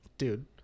Dude